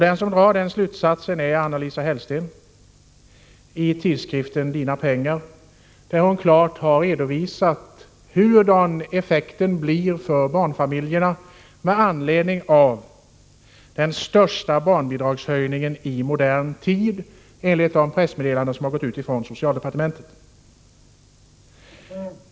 Den som drar denna slutsats är Anna Lisa Hellsten i tidskriften Dina Pengar, där hon klart har redovisat hur effekten blir för barnfamiljerna med anledning av den största barnbidragshöjningen i modern tid, enligt de pressmeddelanden som har gått ut från socialdepartementet.